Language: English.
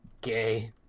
Gay